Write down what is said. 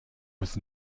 was